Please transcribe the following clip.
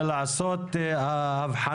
בדיעבד.